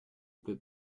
pleut